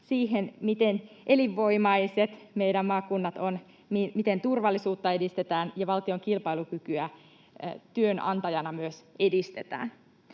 siinä, miten elinvoimaiset meidän maakuntamme ovat, miten turvallisuutta edistetään ja myös valtion kilpailukykyä työnantajana edistetään.